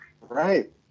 Right